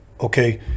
okay